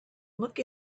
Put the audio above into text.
look